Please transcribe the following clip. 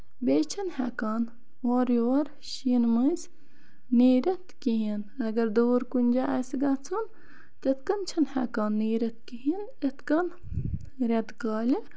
بیٚیہِ چھُنہٕ ہٮ۪کان اورٕ یور شیٖنہٕ مٔنزۍ نیٖرِتھ کِہیٖنۍ اَگر دوٗر کُنہِ جایہِ آسہِ گژھُن تِتھ کَنۍ چھِنہٕ ہٮ۪کان نیٖرِتھ کِہیٖنۍ نہٕ یِتھ کَنۍ رٮ۪تہٕ کالہِ